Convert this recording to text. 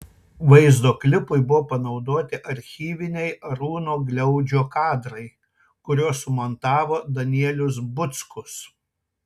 vaizdo klipui buvo panaudoti archyviniai arūno gliaudžio kadrai kuriuos sumontavo danielius buckus